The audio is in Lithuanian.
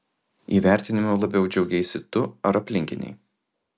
įvertinimu labiau džiaugeisi tu ar aplinkiniai